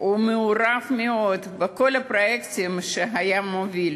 הוא מעורב מאוד בכל הפרויקטים שהוביל: